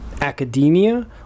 academia